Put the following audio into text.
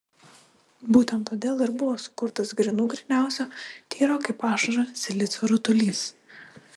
būtent todėl ir buvo sukurtas grynų gryniausio tyro kaip ašara silicio rutulys